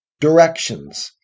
directions